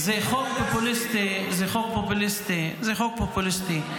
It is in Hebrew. זה חוק פופוליסטי, זה חוק פופוליסטי.